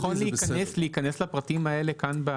להיכנס לפרטים האלה כאן?